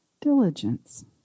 diligence